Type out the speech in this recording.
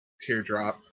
teardrop